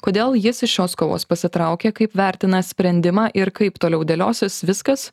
kodėl jis iš šios kovos pasitraukė kaip vertina sprendimą ir kaip toliau dėliosis viskas